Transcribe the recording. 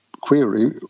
query